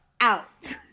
out